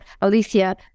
Alicia